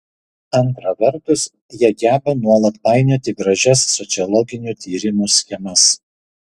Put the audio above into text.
antra vertus jie geba nuolat painioti gražias sociologinių tyrimų schemas